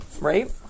Right